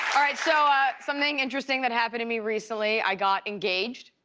so ah something interesting that happened to me recently, i got engaged.